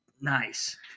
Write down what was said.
nice